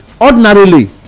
Ordinarily